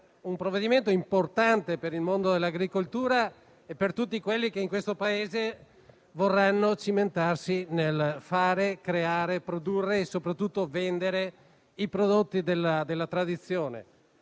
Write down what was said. un provvedimento importante per il mondo dell'agricoltura e per tutti quelli che nel nostro Paese vorranno cimentarsi nel fare, creare, produrre e soprattutto vendere i prodotti della tradizione.